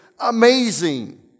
amazing